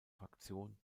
fraktion